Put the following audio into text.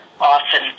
often